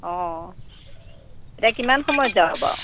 অঁ তেতিয়া কিমান সময়ত যাবা বাৰু